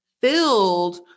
filled